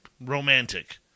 Romantic